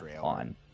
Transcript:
on